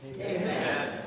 Amen